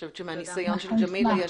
מהניסיון ג'מילה,